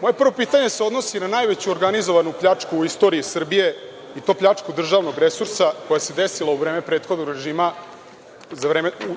Moje prvo pitanje se odnosi na najveću organizovanu pljačku u istoriji Srbije, i to pljačku državnog resursa koja se desila u vreme prethodnog režima,